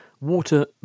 water